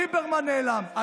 ליברמן נעלם.